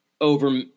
over